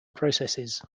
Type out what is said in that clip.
processes